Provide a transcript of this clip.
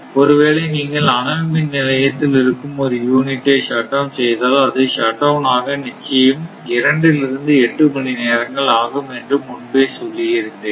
ஒருவேளை நீங்கள் அனல் மின் நிலையத்தில் இருக்கும் ஒரு யூனிட்டை ஷட்டவுன் செய்தால் அது ஷட்டவுன் ஆக நிச்சயம் இரண்டிலிருந்து எட்டு மணி நேரங்கள் ஆகும் என்று முன்பே சொல்லியிருந்தேன்